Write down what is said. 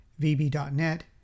VB.net